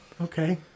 Okay